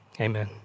Amen